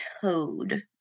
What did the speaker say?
toad